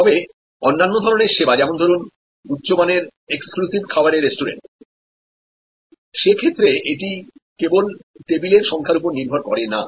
তবে অন্যান্য ধরণের পরিষেবা যেমন ধরুন উচ্চমানেরএক্সক্লুসিভ খাবারের রেস্টুরেন্ট সে ক্ষেত্রে এটি কেবল টেবিলের সংখ্যার উপর নির্ভর করে না